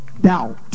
Doubt